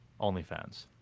OnlyFans